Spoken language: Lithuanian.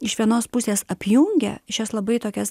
iš vienos pusės apjungia šias labai tokias